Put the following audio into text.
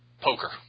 poker